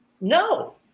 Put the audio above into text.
No